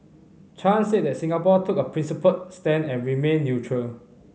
Chan said that Singapore took a principled stand and remained neutral